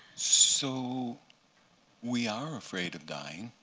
so we are afraid of dying.